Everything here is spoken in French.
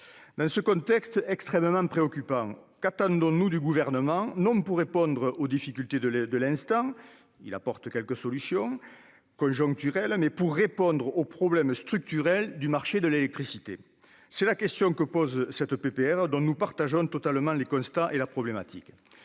Dans ce contexte extrêmement préoccupant, qu'attendons-nous du Gouvernement, non pour résoudre les difficultés de l'instant, auxquelles il apporte quelques solutions conjoncturelles, mais pour répondre aux problèmes structurels du marché de l'électricité ? C'est la question que soulève cette proposition de résolution, dont nous partageons totalement les constats. L'électricité